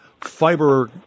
fiber